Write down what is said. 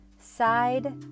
side